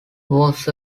was